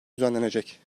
düzenlenecek